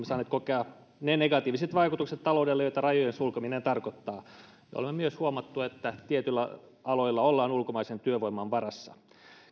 saaneet kokea ne negatiiviset vaikutukset taloudelle joita rajojen sulkeminen tarkoittaa olemme myös huomanneet että tietyillä aloilla ollaan ulkomaisen työvoiman varassa